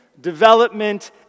development